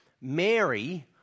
Mary